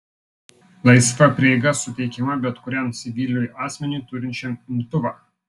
laisva prieiga suteikiama bet kuriam civiliui asmeniui turinčiam imtuvą